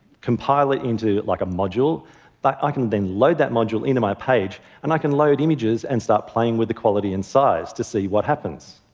compile it into like a module that i can then load that module into my page, and i can load images and start playing with the quality and size to see what happens.